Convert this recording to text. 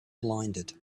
blinded